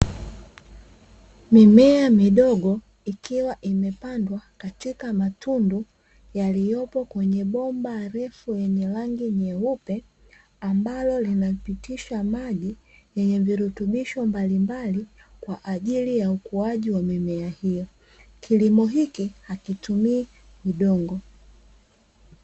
Mimea midogo ikiwa imepandwa katika matundu yaliyopo kwenye bomba refu lenye rangi nyeupe, ambalo linapitisha maji yenye virutubisho mbalimbali kwa ajili ya ukuaji wa mimea hiyo. Kilimo hiki hakitumii udongo.